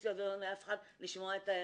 לפמיניסטיות ולא נאה לאף אחד לשמוע את האמת.